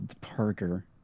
Parker